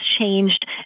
changed